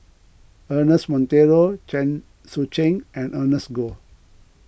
Ernest Monteiro Chen Sucheng and Ernest Goh